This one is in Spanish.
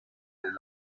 islam